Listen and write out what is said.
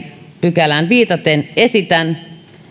pykälään viitaten esitän